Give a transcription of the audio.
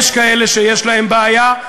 יש כאלה שיש להם בעיה,